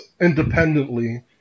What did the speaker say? independently